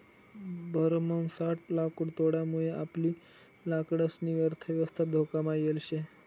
भरमसाठ लाकुडतोडमुये आपली लाकडंसनी अर्थयवस्था धोकामा येल शे